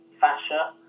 fascia